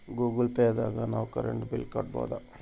Google Pay ದಾಗ ನಾವ್ current bill ಕಟ್ಟೋದು